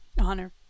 Honor